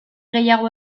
gehiago